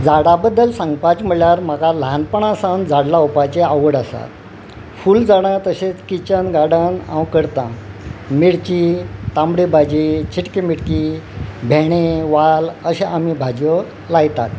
झाडा बद्दल सांगपाचें म्हळ्यार म्हाका ल्हानपणा सावन झाड लावपाची आवड आसा फूल झाडां तशेंच किचन गार्डन हांव करता मिर्ची तांबडी भाजी चिटकी मिटकी भेंडे वाल अशें आमी भाजयो लायतात